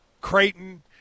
Creighton